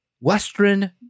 Western